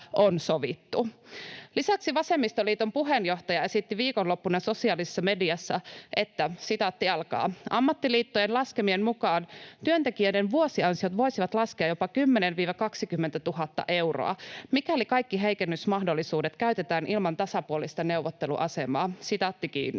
Lisäksi vasemmistoliiton puheenjohtaja esitti viikonloppuna sosiaalisessa mediassa, että ”ammattiliittojen laskelmien mukaan työntekijöiden vuosiansiot voisivat laskea jopa 10 000—20 000 eurolla, mikäli kaikki heikennysmahdollisuudet käytetään ilman tasapuolista neuvotteluasemaa”. Ilmeisesti